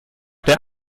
der